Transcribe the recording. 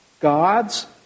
God's